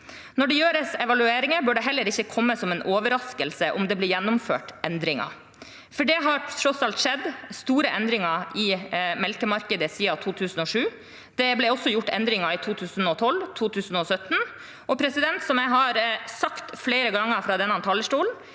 Når det gjøres evalueringer, bør det heller ikke komme som en overraskelse om det blir gjennomført endringer. For det har tross alt skjedd store endringer i melkemarkedet siden 2007. Det ble også gjort endringer i 2012 og i 2017. Som jeg har sagt flere ganger fra denne talerstolen,